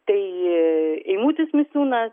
tai eimutis misiūnas